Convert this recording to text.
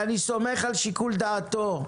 ואני סומך על שיקול דעתו,